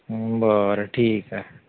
बरं ठीक आहे